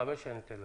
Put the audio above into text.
חמש שנים ניתן להם.